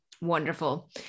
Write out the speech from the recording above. Wonderful